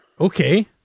Okay